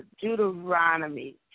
Deuteronomy